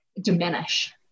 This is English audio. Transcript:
diminish